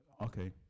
Okay